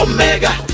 Omega